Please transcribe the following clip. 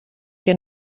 que